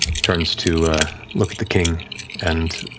turns to look at the king and